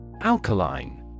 Alkaline